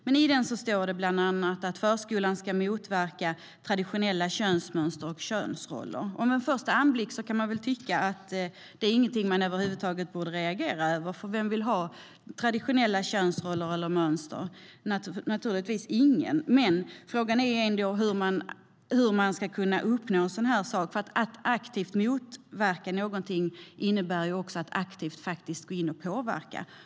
Men i läroplanen står det bland annat att "förskolan ska motverka traditionella könsmönster och könsroller".Vid en första anblick kan man väl tycka att det inte är någonting man över huvud taget borde reagera över. Vem vill ha traditionella könsroller eller könsmönster? Naturligtvis ingen. Men frågan är ändå hur man ska kunna uppnå en sådan här sak. Att aktivt motverka någonting innebär också att aktivt gå in och påverka.